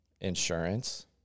insurance